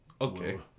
Okay